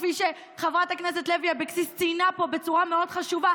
כפי שחברת הכנסת לוי אבקסיס ציינה פה בצורה מאוד חשובה,